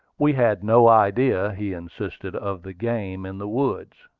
we had no idea, he insisted, of the game in the woods.